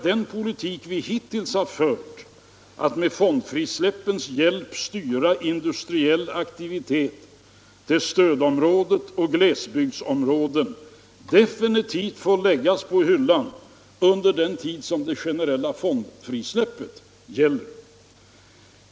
Den politik vi hittills fört — att med fondfrisläppens hjälp styra industriell aktivitet till stödområden och glesbygdsområden —- kommer att definitivt få läggas på hyllan under den tid det generella fondfrisläppet gäller.